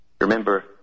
Remember